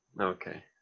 Okay